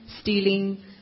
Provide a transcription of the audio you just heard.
stealing